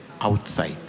outside